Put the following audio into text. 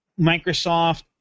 Microsoft